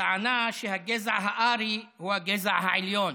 בטענה שהגזע הארי הוא הגזע העליון: